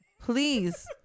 Please